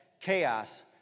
chaos